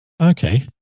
Okay